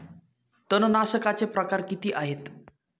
तणनाशकाचे प्रकार किती आहेत?